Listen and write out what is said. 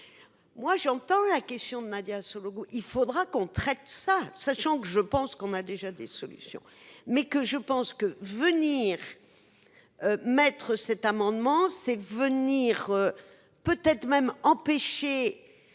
Moi j'entends la question de Nadia Sollogoub. Il faudra qu'on traite ça sachant que je pense qu'on a déjà des solutions mais que je pense que venir. Mettre cet amendement c'est venir. Peut-être même empêché.